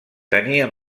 tenia